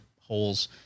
holes